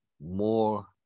more